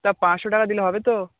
তা পাঁচশো টাকা দিলে হবে তো